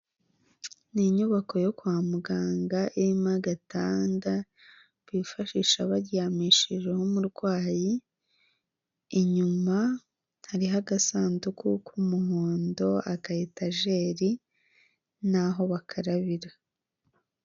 N'inyubako yo kwa muganga, irimo agatanda bifashisha baryamishijeho umurwayi, inyuma hariho agasanduku k'umuhondo, aka etajeri naho bakarabira.